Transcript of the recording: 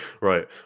right